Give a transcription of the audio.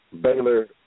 Baylor